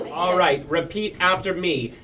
all right. repeat after me.